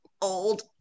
old